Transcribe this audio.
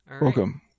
Welcome